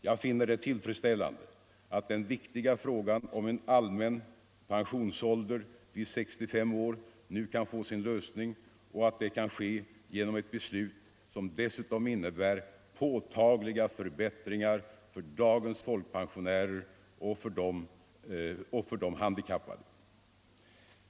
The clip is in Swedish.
Jag finner det tillfredsställande att den viktiga frågan om en allmän pensionsålder vid 65 år nu kan få sin lösning och att det kan ske genom ett beslut som dessutom innebär påtagliga förbättringar för dagens folkpensionärer och för de handikappade.